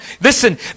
Listen